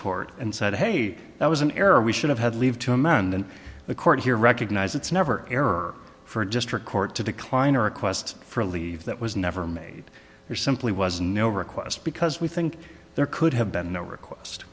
court and said hey that was an error we should have had leave to amend the court here recognize it's never error for a district court to decline or request for a leave that was never made there simply was no request because we think there could have been no request